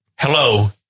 Hello